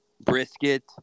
brisket